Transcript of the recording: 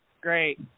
great